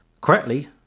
correctly